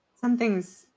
something's